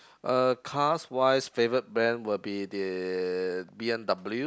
uh cars wise favorite brand will be the b_m_w